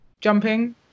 jumping